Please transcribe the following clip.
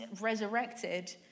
resurrected